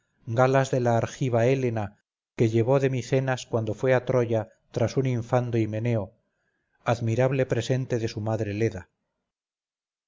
galas de la argiva hélena que llevó de micenas cuando fue a troya tras un infando himeneo admirable presente de su madre leda